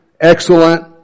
excellent